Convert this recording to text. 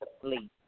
Please